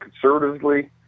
conservatively